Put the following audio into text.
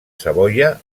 savoia